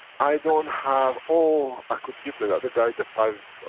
i don't have, oh, i could give the guy, the guy. the five.